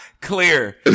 Clear